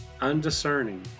undiscerning